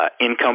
income